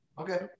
Okay